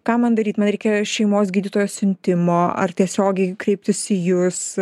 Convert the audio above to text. ką man daryt man reikia šeimos gydytojo siuntimo ar tiesiogiai kreiptis į jus